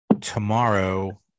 tomorrow